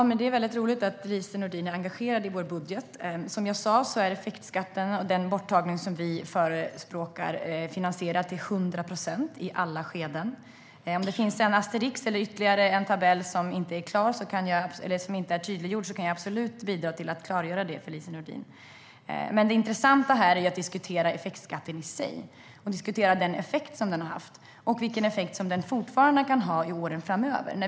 Herr talman! Det är roligt att Lise Nordin är engagerad i vår budget. Som jag sa är den borttagning av effektskatten som vi förespråkar finansierad till 100 procent i alla skeden. Om det finns en asterisk eller ytterligare en tabell som inte är tydliggjord kan jag absolut klargöra den för Lise Nordin. Det som är intressant att diskutera är effektskatten i sig, att diskutera den effekt den har haft och vilken effekt den kan ha framöver.